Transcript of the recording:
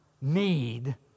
need